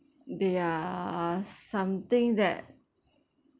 they are something that